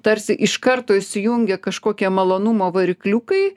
tarsi iš karto įsijungia kažkokie malonumo varikliukai